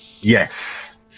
Yes